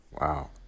Wow